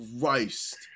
Christ